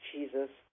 Jesus